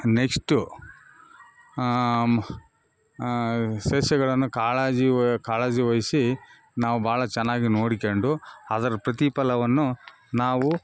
next ಸಸ್ಯಗಳನ್ನು ಕಾಳಜಿ ಕಾಳಜಿವಹಿಸಿ ನಾವು ಭಾಳ ಚೆನ್ನಾಗಿ ನೋಡಿಕೊಂಡು ಅದರ ಪ್ರತಿಫಲವನ್ನು ನಾವು